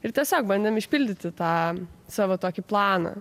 ir tiesiog bandėm išpildyti tą savo tokį planą